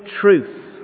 truth